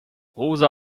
rosa